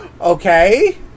Okay